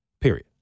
Period